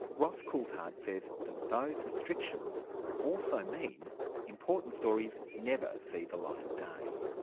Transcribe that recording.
ross coulthart says that those restrictions also mean important stories never see the light of day.